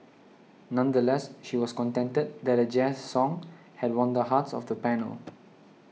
nonetheless she was contented that a Jazz song had won the hearts of the panel